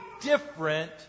different